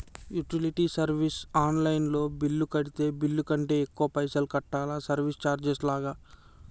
Utility service online లో bill కడితే bill కంటే ఎక్కువ పైసల్ కట్టాలా సర్వీస్ చార్జెస్ లాగా?